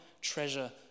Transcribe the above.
treasure